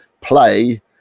play